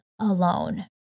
alone